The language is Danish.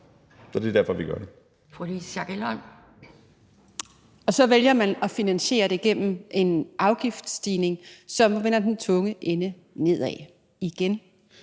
Louise Schack Elholm (V): Og så vælger man at finansiere det gennem en afgiftsstigning, som vender den tunge ende nedad – igen.